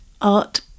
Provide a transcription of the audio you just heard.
art